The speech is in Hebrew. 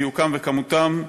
דיוקם וכמותם,